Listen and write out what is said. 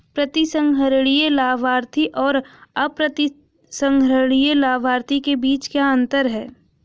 प्रतिसंहरणीय लाभार्थी और अप्रतिसंहरणीय लाभार्थी के बीच क्या अंतर है?